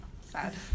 sad